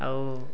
ଆଉ